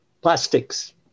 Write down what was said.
plastics